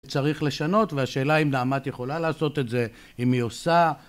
צריך לשנות והשאלה אם נעמ"ת יכולה לעשות את זה, אם היא עושה...